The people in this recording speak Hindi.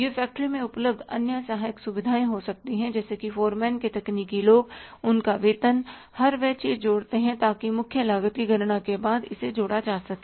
यह फ़ैक्टरी में उपलब्ध अन्य सहायक सुविधाएँ हो सकती हैं जैसे कि फोरमैन के तकनीकी लोग उनका वेतन हर वह चीज जोड़ते हैं ताकि मुख्य लागत की गणना के बाद इसे जोड़ा जा सके